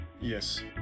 Yes